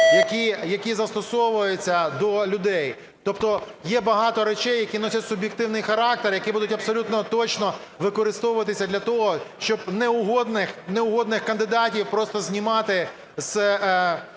які застосовуються до людей. Тобто є багато речей, які носять суб'єктивний характер, які будуть абсолютно точно використовуватися для того, щоб неугодних кандидатів просто знімати з